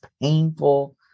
painful